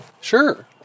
Sure